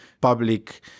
public